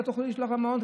לא תוכלי לשלוח למעון,